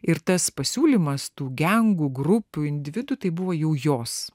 ir tas pasiūlymas tų gengų grupių individų tai buvo jau jos